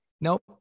nope